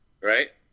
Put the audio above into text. Right